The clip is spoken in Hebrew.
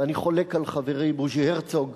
ואני חולק על חברי בוז'י הרצוג,